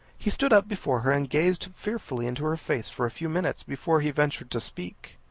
he stood up before her, and gazed fearfully into her face for a few minutes before he ventured to speak.